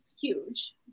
huge